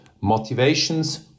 motivations